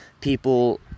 people